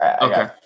Okay